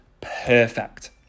perfect